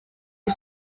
you